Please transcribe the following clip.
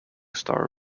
starr